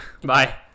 Bye